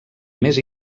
més